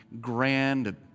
grand